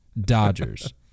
Dodgers